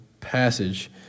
passage